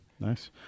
Nice